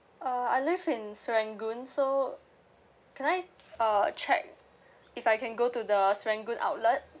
uh I live in serangoon so can I uh check if I can go to the serangoon outlet